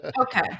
Okay